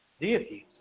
deities